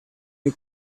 you